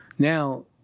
now